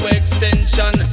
extension